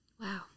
Wow